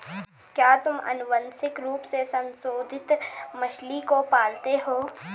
क्या तुम आनुवंशिक रूप से संशोधित मछली को पालते हो?